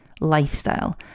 lifestyle